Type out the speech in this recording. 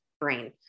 brain